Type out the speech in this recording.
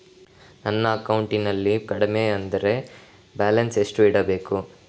ನನ್ನ ಅಕೌಂಟಿನಲ್ಲಿ ಕಡಿಮೆ ಅಂದ್ರೆ ಬ್ಯಾಲೆನ್ಸ್ ಎಷ್ಟು ಇಡಬೇಕು?